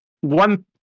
one